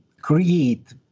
create